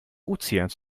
ozeans